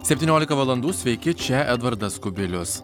septyniolika valandų sveiki čia edvardas kubilius